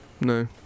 No